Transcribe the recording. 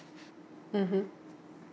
mmhmm